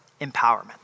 empowerment